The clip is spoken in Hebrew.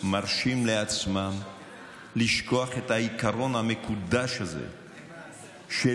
מרשים לעצמם לשכוח את העיקרון המקודש הזה של